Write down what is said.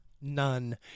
None